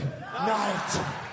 night